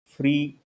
free